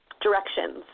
directions